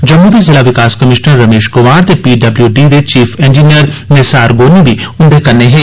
जम्मू दे जिला विकास कमिश्नर रमेश कुमार ते पीडब्ल्यूडी दे चीफ इंजीनियर निसार गोनी बी उंदे कन्नै गेदे हे